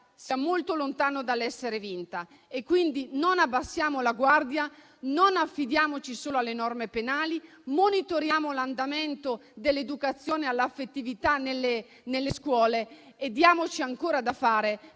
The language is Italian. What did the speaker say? sia molto lontano dall'essere vinta. Quindi, non abbassiamo la guardia, non affidiamoci solo alle norme penali, monitoriamo l'andamento dell'educazione all'affettività nelle scuole e diamoci ancora da fare.